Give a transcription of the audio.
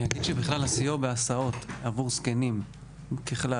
אני אגיד שהסיוע בהסעות עבור זקנים ככלל,